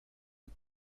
het